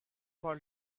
paul